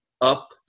up